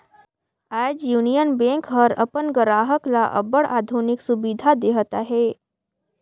आज Union Bank हर अपन गराहक ल अब्बड़ आधुनिक सुबिधा देहत अहे